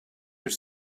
are